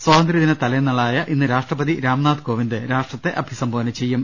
സ്ഥാതന്ത്ര്യദിന തലേന്നാളായ ഇന്ന് രാഷ്ട്രപതി രാംനാഥ് കോവിന്ദ് രാഷ്ട്രത്തെ അഭിസംബോധന ചെയ്യും